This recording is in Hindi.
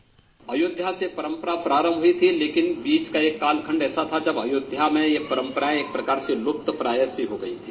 बाइट योगी अयोध्या से परम्परा प्रारम्भ हुई थी लेकिन बीच का एक काल खंड ऐसा था जब अयोध्या में ये परम्परायें एक प्रकार से लुप्तप्राय सी हो गई थी